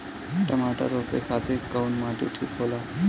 टमाटर रोपे खातीर कउन माटी ठीक होला?